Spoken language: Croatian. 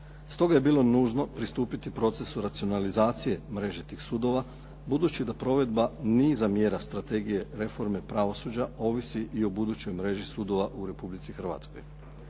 Stoga je bilo nužno pristupiti procesu racionalizacije mreže tih sudova budući da provedba niza mjera strategije reforme pravosuđa ovisi i o budućoj mreži sudova u Republici Hrvatskoj.